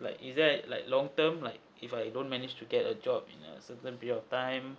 like is there like long term like if I don't manage to get a job in a certain period of time